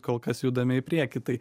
kol kas judame į priekį tai